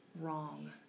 wrong